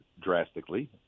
drastically